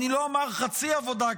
אני לא אומר חצי עבודה,